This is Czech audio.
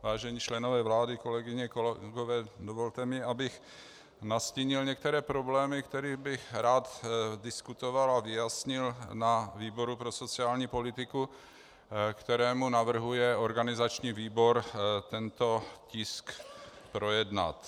Vážení členové vlády, kolegyně, kolegové, dovolte mi, abych nastínil některé problémy, které bych rád diskutoval a vyjasnil ve výboru pro sociální politiku, kterému navrhuje organizační výbor tento tisk projednat.